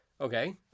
okay